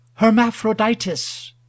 hermaphroditus